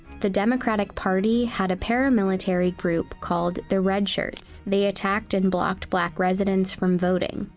the democratic party had a paramilitary group called the red shirts. they attacked and blocked black residents from voting.